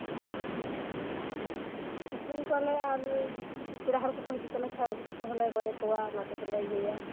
ᱟᱨ ᱟᱠᱷᱨᱤᱧ ᱠᱚᱣᱟ ᱞᱮ ᱟᱨ ᱯᱮᱲᱟ ᱦᱚᱲ ᱠᱚᱠᱚ ᱦᱤᱡᱩᱜ ᱛᱟᱞᱮ ᱠᱷᱟᱱ ᱩᱱᱠᱩ ᱠᱚ ᱦᱚᱸᱞᱮ ᱜᱚᱡ ᱟᱠᱚᱣᱟ ᱚᱱᱟ ᱛᱮᱜᱮᱞᱮ ᱤᱭᱟᱹᱭᱟ